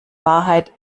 wahrheit